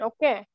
Okay